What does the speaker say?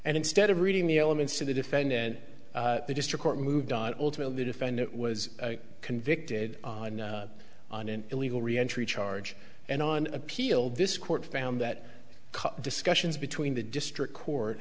and instead of reading the elements to the defendant the district court moved on ultimately the defendant was convicted on an illegal reentry charge and on appeal this court found that discussions between the district court